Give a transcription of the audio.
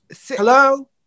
hello